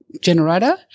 generator